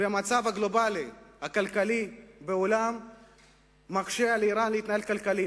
והמצב הגלובלי הכלכלי בעולם מקשה על אירן להתנהל כלכלית.